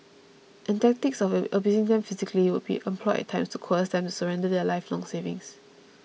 and tactics of you abusing them physically would be employed at times to coerce them to surrender their lifelong savings